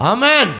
Amen